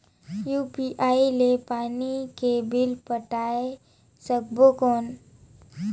UPI ले पानी के बिल पटाय सकबो कौन?